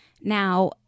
Now